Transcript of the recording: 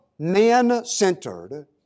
Man-centered